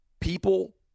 people